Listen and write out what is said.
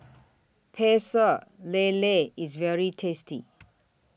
Pecel Lele IS very tasty